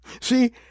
See